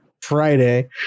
friday